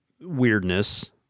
weirdness